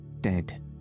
dead